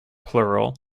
plural